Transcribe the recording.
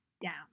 down